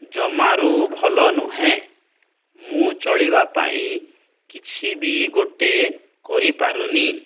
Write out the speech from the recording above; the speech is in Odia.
ଜମାରୁ ଭଲ ନୁହେଁ ମୁଁ ଚଳିବା ପାଇଁ କିଛି ବି ଗୋଟେ କରିପାରୁନି